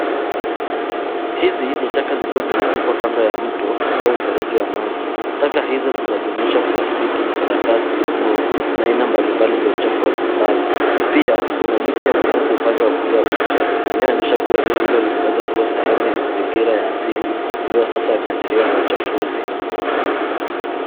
Hizi ni taka zikiwa zimetupwa kando ya mto au mfereji wa maji. Taka hizo zinajumuisha plastiki, karatasi, nguo na aina mbalimbali za uchafu wa nyumbani. Pia kuna miti ya mianzi upande wa kulia wa picha, inayoonyesha kuwa eneo hilo linaweza kuwa sehemu ya mazingira ya asili ambayo sasa imeathiriwa na uchafuzi.